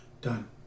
Done